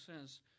says